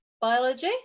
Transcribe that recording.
biology